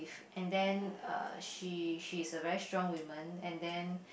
and then uh she she is a very strong woman and then